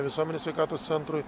visuomenės sveikatos centrui